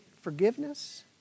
forgiveness